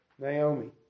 Naomi